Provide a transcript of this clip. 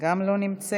גם לא נמצאת.